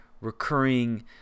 recurring